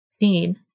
need